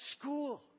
school